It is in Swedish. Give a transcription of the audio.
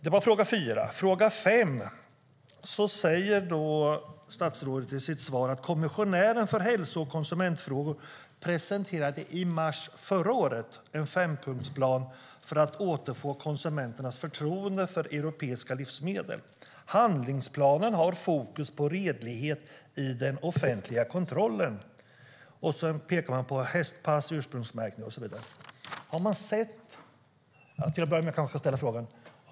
Min femte fråga handlar om det som statsrådet säger i sitt svar: "Kommissionären för hälso och konsumentfrågor presenterade i mars förra året en fempunktsplan för att återfå konsumenternas förtroende för europeiska livsmedel. Handlingsplanen har fokus på redlighet i den offentliga kontrollen" - man pekar på hästpass, ursprungsmärkning och så vidare. Jag kanske ska börja med att ställa frågan.